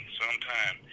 sometime